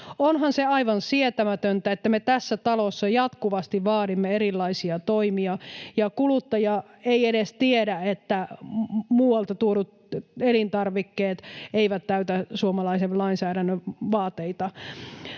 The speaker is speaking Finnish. Onhan se aivan sietämätöntä, että me tässä talossa jatkuvasti vaadimme erilaisia toimia mutta kuluttaja ei edes tiedä, että muualta tuodut elintarvikkeet eivät täytä suomalaisen lainsäädännön vaateita.